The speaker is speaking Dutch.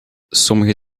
sommige